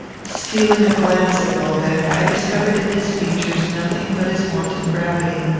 stealing a glance at welbeck, i discovered in his features nothing but his wonted gravity.